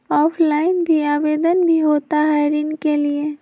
Offline भी आवेदन भी होता है ऋण के लिए?